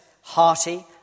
hearty